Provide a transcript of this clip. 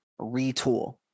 retool